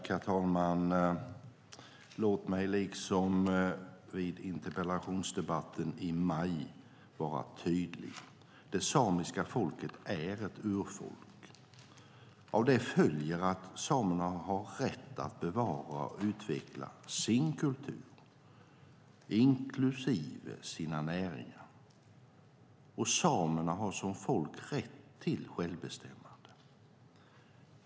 Herr talman! Låt mig liksom i interpellationsdebatten i maj vara tydlig. Det samiska folket är ett urfolk. Av det följer att samerna har rätt att bevara och utveckla sin kultur, inklusive sina näringar. Samerna har som folk rätt till självbestämmande.